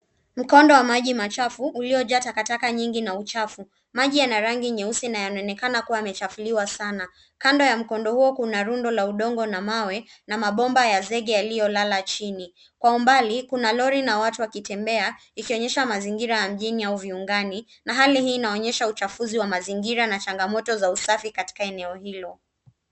Mkondo wa maji machafu uliojaa takataka nyingi na uchafu. Majinyana rangi nyeusi na yanaonekana kuwa yamechafuliwa sana. Kando ya mkondo huo kuna rundo la taka na mawe na mabomba ya zege yaliyolala chini. Kwa umbali kuna lori na watu wakitembea ikionyesha mazingira ya mjini au viungani na hali hii inaonyesha uchafuzi wa mazingira na changamoto za usafi katika eneo hilo.